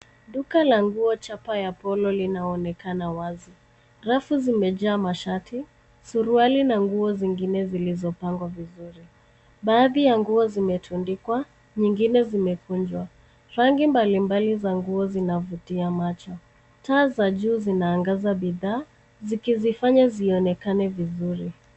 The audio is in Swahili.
Duka la nguo chapa ya polo linaonekana wazi. Rasi zimejaa mashati, suruali na nguo zingine zilizopangwa vizuri. Baadhi ya nguo zimetundikwa, nyingine zumekunjwa. Rangi mbalimbali za nguo zinafutia macho. Taa za juu zinaangaza bidha, zikizifanya zionekane vizuri.